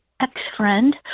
ex-friend